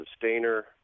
sustainer